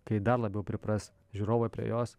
kai dar labiau pripras žiūrovai prie jos